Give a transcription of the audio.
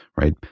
Right